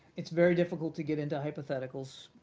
it's very difficult to get into hypotheticals,